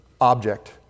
object